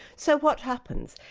so what happens?